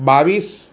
બાવીસ